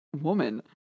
woman